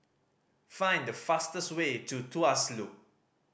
find the fastest way to Tuas Loop